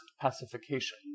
pacification